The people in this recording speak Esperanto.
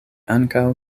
ankaŭ